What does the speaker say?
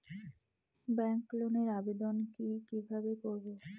Bank লোনের আবেদন কি কিভাবে করব?